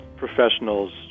professionals